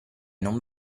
non